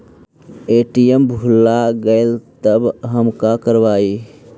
ATM भुला गेलय तब हम काकरवय?